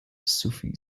sufi